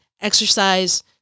Exercise